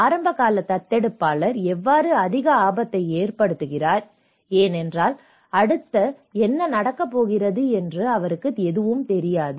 ஆரம்பகால தத்தெடுப்பாளர் எவ்வாறு அதிக ஆபத்தை ஏற்படுத்துகிறார் ஏனென்றால் அடுத்து என்ன நடக்கப் போகிறது என்று அவருக்கு எதுவும் தெரியாது